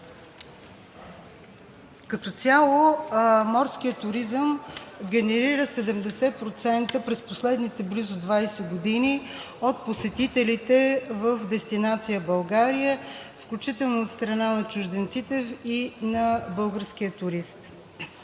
Като цяло морският туризъм генерира 70% през последните близо 20 години от посетителите в дестинация България, включително от страна на чужденците и на българския турист.